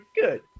Good